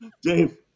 Dave